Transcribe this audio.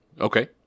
Okay